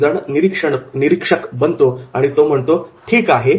एक जण निरीक्षक बनतो आणि म्हणतो की 'ठीक आहे